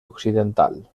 occidental